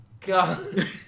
God